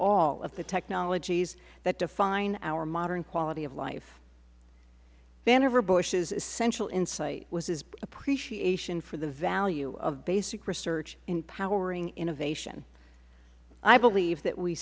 all of the technologies that define our modern quality of life vannevar bush's essential insight was his appreciation for the value of basic research in powering innovation i believe that we